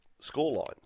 scoreline